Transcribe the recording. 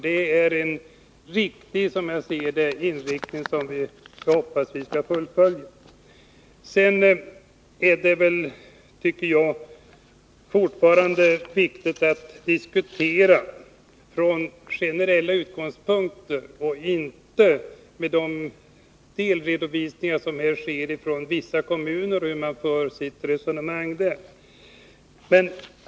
Det är, som jag ser det, en riktig inriktning av politiken, som jag hoppas att vi skall fullfölja. Det är, tycker jag, viktigt att diskutera från generella utgångspunkter och inte på grundval av de delredovisningar som här gjorts av vilka resonemang vissa kommuner för.